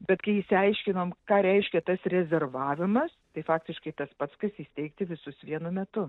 bet kai išsiaiškinom ką reiškia tas rezervavimas tai faktiškai tas pats kas įsteigti visus vienu metu